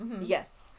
yes